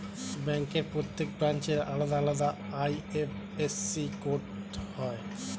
ব্যাংকের প্রত্যেক ব্রাঞ্চের আলাদা আলাদা আই.এফ.এস.সি কোড হয়